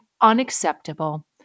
unacceptable